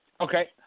Okay